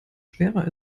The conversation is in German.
schwerer